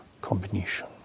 combination